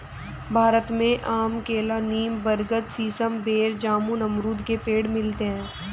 भारत में आम केला नीम बरगद सीसम बेर जामुन अमरुद के पेड़ मिलते है